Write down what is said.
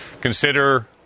Consider